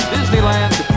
Disneyland